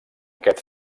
aquest